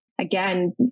again